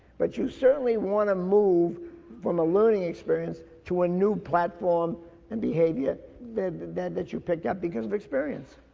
but you certainly wanna move from a learning experience to a new platform and behavior that, that that you picked up because of experience.